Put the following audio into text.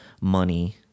money